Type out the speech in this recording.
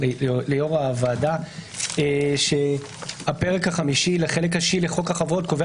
ליו"ר הוועדה שהפרק החמישי לחלק השישי לחוק החברות קובע